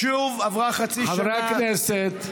שוב, עברה חצי שנה, חברי הכנסת,